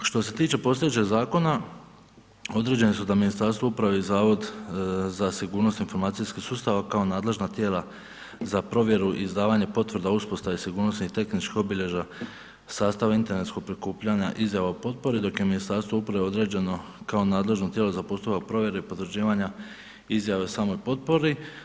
Što se tiče postojećeg zakona određene su da Ministarstvo uprave i Zavod za sigurnost informacijskih sustava kao nadležna tijela za provjeru i izdavanje potvrda o uspostavi sigurnosnih i tehničkih obilježja sastava internetskog prikupljanja izjava o potpori dok je Ministarstvo uprave određeno kao nadležno tijelo za poslove provjere i potvrđivanja izjave o samoj potpori.